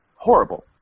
Horrible